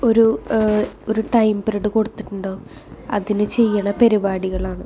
ഒരു ഒരു time thread കൊടുത്തിട്ടുണ്ടാവും അതിനു ചെയ്യുന്ന പരിപാടികളാണ്